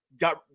got